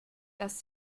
dass